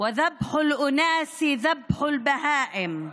להלן תרגומם: האם הגיע אל אוזניך סיפור המלחמה,